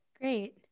Great